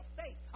faith